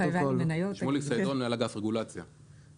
מנהל אגף רגולציה, חברת בזק.